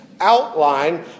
outline